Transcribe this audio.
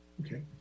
okay